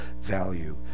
value